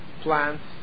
plants